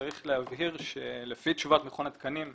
צריך להבהיר שלפי תשובת מכון התקנים,